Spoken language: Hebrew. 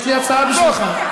יש לי הצעה בשבילך.